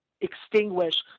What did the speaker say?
extinguish